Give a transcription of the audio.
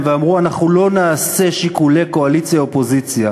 ואמרו: לא נעשה שיקולי קואליציה אופוזיציה,